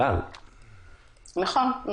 מאוד יפה עם שוטרים שיגיעו --- אבל זה לא התפקיד.